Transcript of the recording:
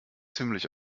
ziemlich